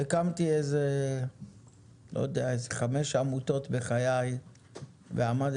אני הקמתי איזה חמש עמותות בחיי ועמדתי